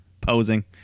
posing